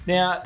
Now